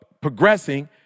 progressing